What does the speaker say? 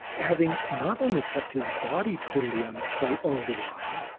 having not only kept his body totally out of sight all the while,